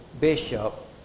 bishop